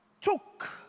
took